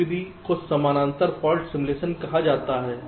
पहली विधि को समानांतर fault simulation parallel fault simulation कहा जाता है